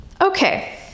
Okay